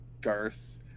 Garth